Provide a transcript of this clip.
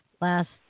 last